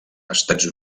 estats